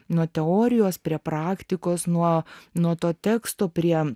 nuo teorijos prie praktikos nuo nuo to teksto prie